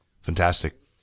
Fantastic